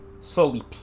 slowly